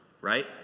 right